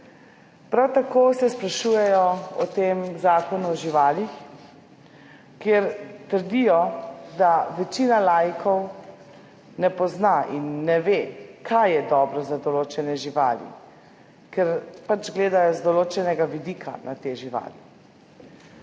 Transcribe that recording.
Prav tako se sprašujejo o tem zakonu o živalih, kjer trdijo, da večina laikov ne pozna in ne ve, kaj je dobro za določene živali, ker pač gledajo z določenega vidika na te živali.